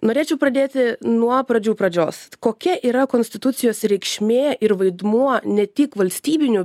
norėčiau pradėti nuo pradžių pradžios kokia yra konstitucijos reikšmė ir vaidmuo ne tik valstybiniu